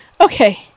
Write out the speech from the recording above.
okay